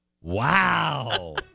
Wow